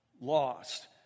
Lost